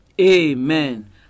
Amen